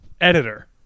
editor